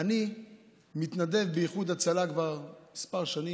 אני מתנדב באיחוד הצלה כבר כמה שנים,